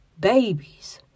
Babies